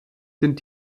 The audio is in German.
sind